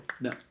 No